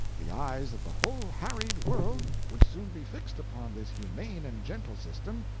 the eyes of the whole harried world would soon be fixed upon this humane and gentle system,